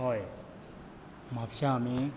हय म्हापश्यां आमी